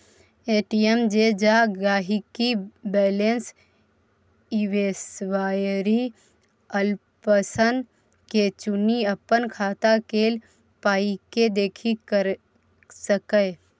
ATM मे जा गांहिकी बैलैंस इंक्वायरी आप्शन के चुनि अपन खाता केल पाइकेँ देखि सकैए